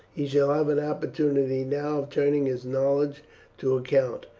he shall have an opportunity now of turning his knowledge to account.